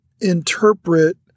interpret